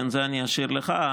את זה אני אשאיר לך.